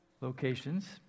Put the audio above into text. locations